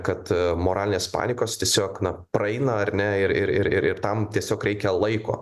kad moralinės panikos tiesiog na praeina ar ne ir ir ir tam tiesiog reikia laiko